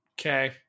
okay